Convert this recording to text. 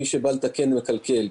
מי שבא לתקן מקלקל.